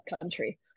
country